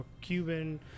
Cuban